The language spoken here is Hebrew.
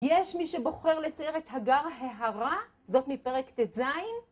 יש מי שבוחר לצייר את הגר ההרה, זאת מפרק ט"ז...